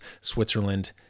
Switzerland